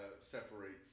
Separates